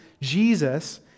Jesus